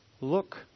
Look